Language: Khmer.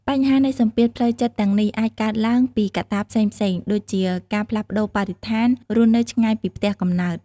បញ្ហានៃសម្ពាធផ្លូវចិត្តទាំងនេះអាចកើតឡើងពីកត្តាផ្សេងៗដូចជាការផ្លាស់ប្តូរបរិស្ថានរស់នៅឆ្ងាយពីផ្ទះកំណើត។